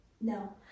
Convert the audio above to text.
No